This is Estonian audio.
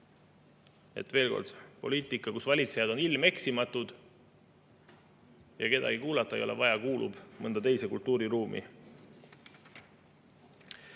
Veel kord: poliitika, kus valitsejad on ilmeksimatud ja kedagi kuulata ei ole vaja, kuulub mõnda teise kultuuriruumi.